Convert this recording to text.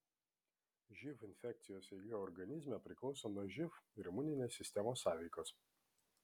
živ infekcijos eiga organizme priklauso nuo živ ir imuninės sistemos sąveikos